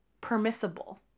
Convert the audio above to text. permissible